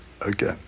again